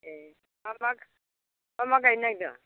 एह मा मा मा मा गायनो नागिरदों